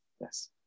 Yes